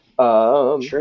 Sure